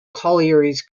collieries